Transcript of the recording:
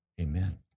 Amen